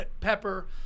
Pepper